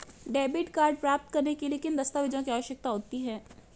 Debit card प्राप्त करने के लिए किन दस्तावेज़ों की आवश्यकता होती है?